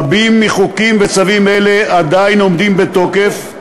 רבים מחוקים וצווים אלה עדיין עומדים בתוקף,